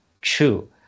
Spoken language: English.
true